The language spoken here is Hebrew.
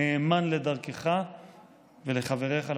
נאמן לדרכך ולחבריך לדרך.